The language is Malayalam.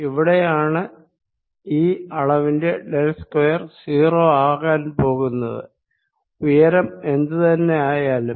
ഇവിടെ ആണ് ഈ അളവിന്റെ ഡെൽ സ്ക്വയർ 0 ആകാൻ പോകുന്നത് ഉയരം എന്ത് തന്നെ ആയാലും